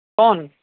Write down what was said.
کون